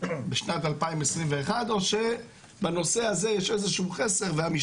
בשנת 2021 או שבנושא הזה יש איזה שהוא חסר והצבא